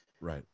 Right